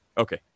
Okay